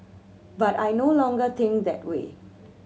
but I no longer think that way